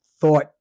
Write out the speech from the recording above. Thought